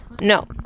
No